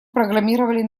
программировали